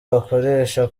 wakoresha